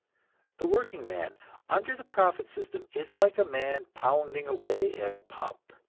the workingman, under the profit system, is like a man pounding away at a pump.